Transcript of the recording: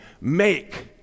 Make